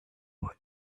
what